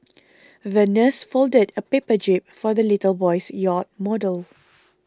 the nurse folded a paper jib for the little boy's yacht model